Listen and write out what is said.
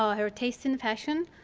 ah her taste in fashion.